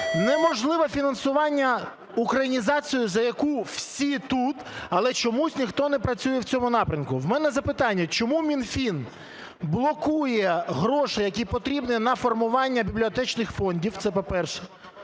неможливе фінансування. Українізація, за яку всі тут, але чомусь ніхто не працює у цьому напрямку. У мене запитання. Чому Мінфін блокує гроші, які потрібні на формування бібліотечних фондів? Це, по-перше.